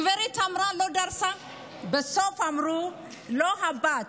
הגברת אמרה: לא דרסה, ובסוף אמרו: לא הבת,